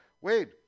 Wade